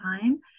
time